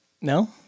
No